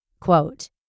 quote